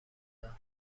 دار